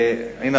יהיה.